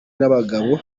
n’abagabo